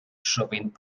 sovint